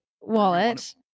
wallet